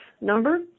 number